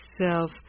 self